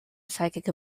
psychic